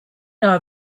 know